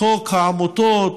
חוק העמותות,